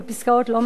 לא משנה,